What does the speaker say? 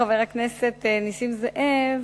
חבר הכנסת נסים זאב,